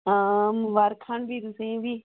हां मुबारखां न फ्ही तुसें ई बी